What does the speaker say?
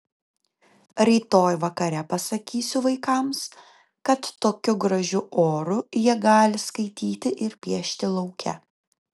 rytoj vakare pasakysiu vaikams kad tokiu gražiu oru jie gali skaityti ir piešti lauke